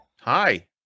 Hi